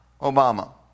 Obama